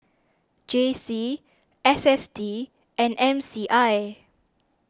J C S S T and M C I